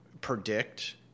predict